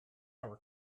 our